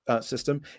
system